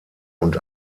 und